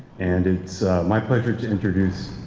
and it's my pleasure to introduce